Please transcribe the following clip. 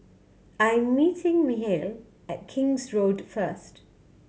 I'm meeting Michel at King's Road first